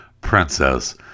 princess